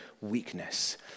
weakness